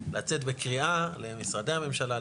לצאת בקריאה למשרדי הממשלה,